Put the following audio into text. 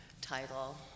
title